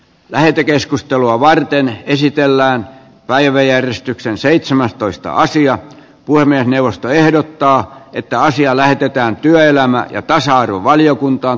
lähetekeskustelua varten esitellään päiväjärjestyksen seitsemästoista asian puiminen puhemiesneuvosto ehdottaa että asia lähetetään työelämä ja tasa arvovaliokuntaan